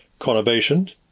conurbation